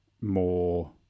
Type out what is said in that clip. more